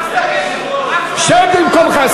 שב במקומך.